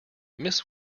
miss